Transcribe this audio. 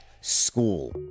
school